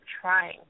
trying